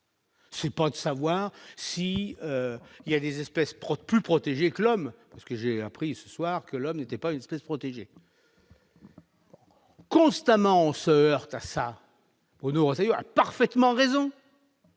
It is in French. n'est pas de savoir si il y a des espèces protégées, plus protégés que l'homme, parce que j'ai appris ce soir que l'homme n'était pas une espèce protégée. Constamment, on se heurte à ça, c'est parfaitement raison.